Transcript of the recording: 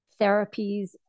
therapies